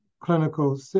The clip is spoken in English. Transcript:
clinical